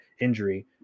injury